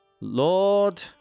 Lord